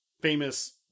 famous